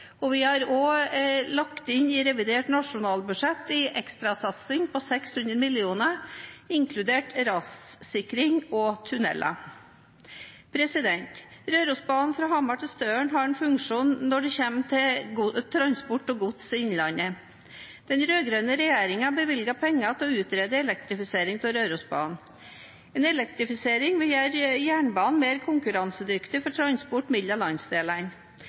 kommuneproposisjonen. Vi har også lagt inn i revidert nasjonalbudsjett en ekstrasatsing på 600 mill. kr, inkludert rassikring og tunneler. Rørosbanen fra Hamar til Støren har en viktig funksjon når det kommer til transport av gods i innlandet. Den rød-grønne regjeringen bevilget penger til å utrede elektrifisering av Rørosbanen. En elektrifisering vil gjøre jernbanen mer konkurransedyktig for transport mellom landsdelene.